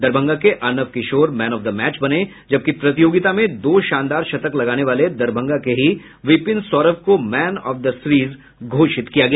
दरभंगा के Arnav Kishore man of the match बने जबकि प्रतियोगिता में दो शानदार शतक लगाने वाले दरभंगा के ही बिपिन सौरव को मैन ऑफ द सीरिज दिया गया